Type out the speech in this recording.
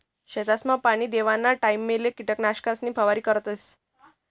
शेतसमा पाणी देवाना टाइमलेबी किटकनाशकेसनी फवारणी करता येस